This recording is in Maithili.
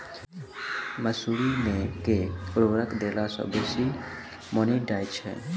मसूरी मे केँ उर्वरक देला सऽ बेसी मॉनी दइ छै?